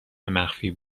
مخفی